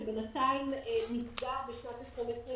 שבינתיים נסגר בשנת 2020,